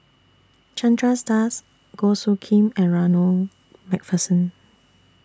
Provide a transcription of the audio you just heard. Chandras Das Goh Soo Khim and Ronald MacPherson